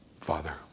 Father